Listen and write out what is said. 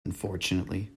unfortunately